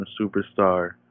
superstar